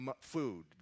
food